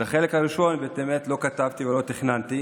את החלק הראשון לא תכננתי ולא כתבתי,